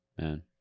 Man